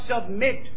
submit